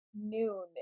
noon